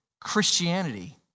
Christianity